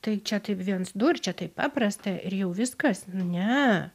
tai čia taip viens du ir čia taip paprasta ir jau viskas ne